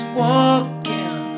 walking